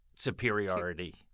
Superiority